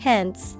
Hence